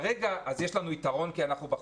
יש לנו יתרון כי אנחנו בחוץ,